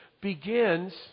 begins